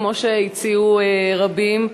כמו שהציעו רבים,